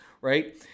right